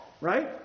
Right